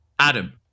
Adam